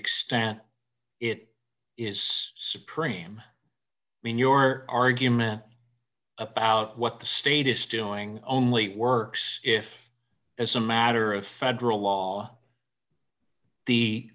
extent it is supreme being your argument about what the status doing only works if as a matter of federal law the